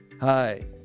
Hi